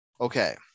Okay